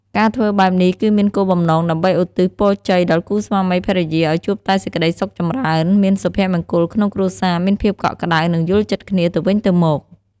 ការធ្វើបែបនេះគឺមានគោលបំណងដើម្បីឧទ្ទិសពរជ័យដល់គូស្វាមីភរិយាឲ្យជួបតែសេចក្តីសុខចម្រើន មានសុភមង្គលក្នុងគ្រួសារ មានភាពកក់ក្តៅ និងយល់ចិត្តគ្នាទៅវិញទៅមក។